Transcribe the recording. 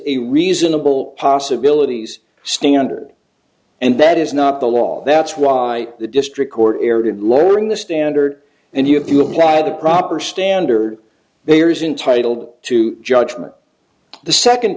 a reasonable possibilities standard and that is not the law that's why the district court eroded lowering the standard and you have you applied the proper standard there is intitled to judgment the second